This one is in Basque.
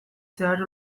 zeharo